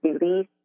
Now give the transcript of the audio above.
release